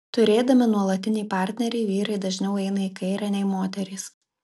turėdami nuolatinį partnerį vyrai dažniau eina į kairę nei moterys